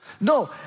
No